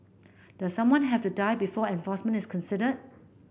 does someone have to die before enforcement is considered